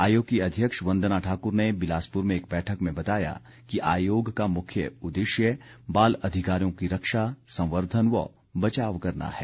आयोग की अध्यक्ष वंदना ठाकुर ने बिलासपुर में एक बैठक में बताया कि आयोग का मुख्य उद्देश्य बाल अधिकारों की रक्षा संवर्धन व बचाव करना है